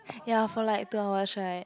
ya for like two hours right